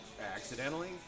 accidentally